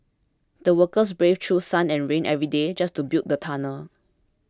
the workers braved through sun and rain every day just to build the tunnel